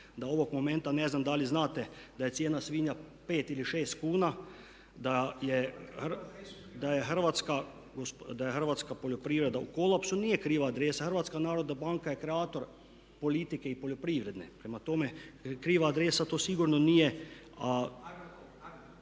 da ovog momenta ne znam da li znate da je cijena svinja 5 ili 6 kuna, da je hrvatska poljoprivreda u kolapsu. …/Upadica se ne čuje./… Nije kriva adresa. Hrvatska narodna banka je kreator politike i poljoprivrede. Prema tome, kriva adresa to sigurno nije